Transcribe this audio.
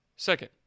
Second